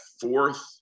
fourth